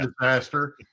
disaster